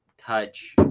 touch